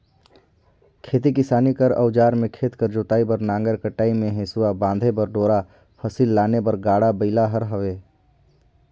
खेती किसानी कर अउजार मे खेत कर जोतई बर नांगर, कटई मे हेसुवा, बांधे बर डोरा, फसिल लाने बर गाड़ा बइला हर हवे